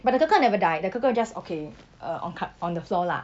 but the 哥哥 never die the 哥哥 just okay uh on cut on the floor lah